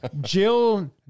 jill